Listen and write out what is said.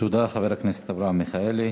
תודה, חבר הכנסת אברהם מיכאלי.